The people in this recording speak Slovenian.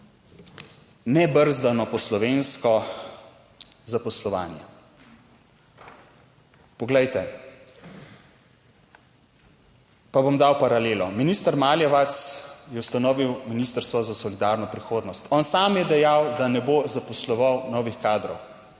nebrzdano, po slovensko, zaposlovanje. Poglejte, pa bom dal paralelo, minister Maljevac je ustanovil ministrstvo za solidarno prihodnost. On sam je dejal, da ne bo **56. TRAK: (NB)